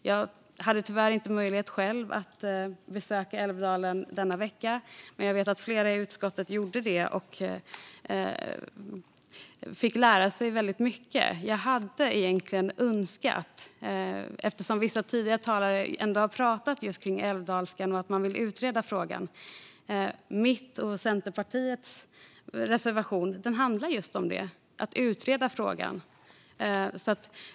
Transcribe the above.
Jag hade tyvärr inte möjlighet att besöka Älvdalen den här veckan, men jag vet att flera i utskottet gjorde det och fick lära sig mycket. Vissa tidigare talare har talat om älvdalskan och att man vill utreda frågan. Vår och Centerpartiets reservation handlar just om att utreda frågan.